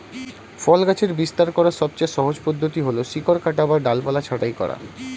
ফল গাছের বিস্তার করার সবচেয়ে সহজ পদ্ধতি হল শিকড় কাটা বা ডালপালা ছাঁটাই করা